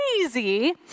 crazy